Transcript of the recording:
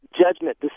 judgment